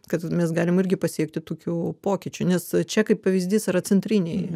kad mes galim irgi pasiekti tokių pokyčių nes čia kaip pavyzdys yra centriniai